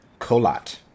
Colat